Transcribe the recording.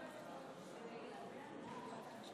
של